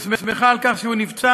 או שמחה על כך שהוא נפצע.